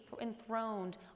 enthroned